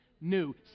new